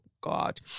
God